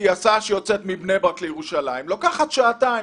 כי הסעה שיוצאת מבני ברק לירושלים לוקחת שעתיים